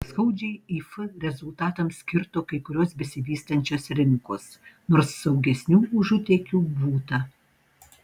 skaudžiai if rezultatams kirto kai kurios besivystančios rinkos nors saugesnių užutėkių būta